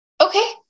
Okay